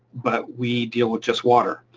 but we deal with just water.